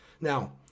Now